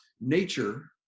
Nature